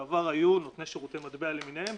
בעבר היו נותני שירותי מטבע למיניהם.